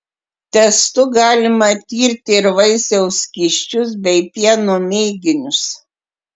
testu galima tirti ir vaisiaus skysčius bei pieno mėginius